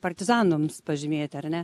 partizanams pažymėti ar ne